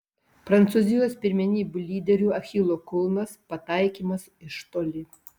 prancūzijos pirmenybių lyderių achilo kulnas pataikymas iš toli